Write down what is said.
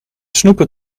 snoepen